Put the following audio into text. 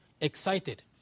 excited